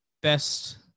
best